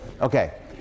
Okay